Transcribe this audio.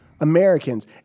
Americans